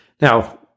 Now